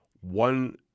one